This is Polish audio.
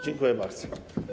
Dziękuję bardzo.